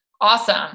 awesome